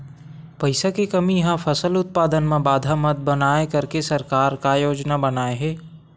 पईसा के कमी हा फसल उत्पादन मा बाधा मत बनाए करके सरकार का योजना बनाए हे?